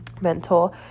mentor